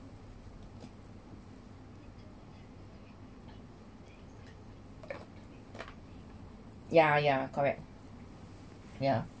ya ya correct ya